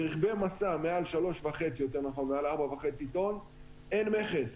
ברכבי משא מעל 4.5 טון אין מכס,